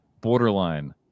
borderline